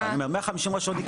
150 רשויות,